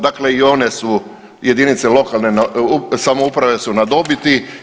Dakle i one su jedinice lokalne samouprave su na dobiti.